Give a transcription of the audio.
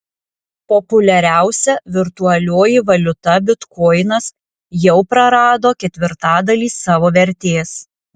populiariausia virtualioji valiuta bitkoinas jau prarado ketvirtadalį savo vertės